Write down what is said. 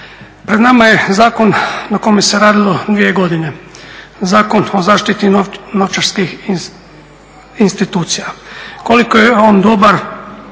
Pred nama je zakon na kome se radilo dvije godine, Zakon o zaštiti novčarskih institucija. Koliko je on dobar,